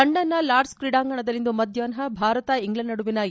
ಲಂಡನ್ನ ಲಾರ್ಡ್ಸ್ ಕ್ರೀಡಾಂಗಣದಲ್ಲಿಂದು ಮಧ್ಯಾಹ್ನ ಭಾರತ ಇಂಗ್ಲೆಂಡ್ ನಡುವಿನ ು